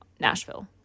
Nashville